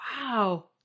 wow